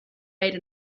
made